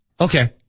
Okay